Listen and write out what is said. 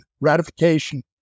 ratification